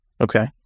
okay